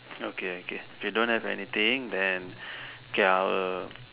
okay okay you don't have anything then K I will